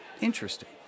Interesting